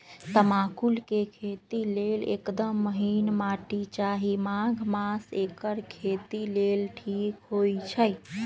तमाकुल के खेती लेल एकदम महिन माटी चाहि माघ मास एकर खेती लेल ठीक होई छइ